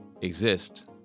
exist